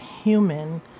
human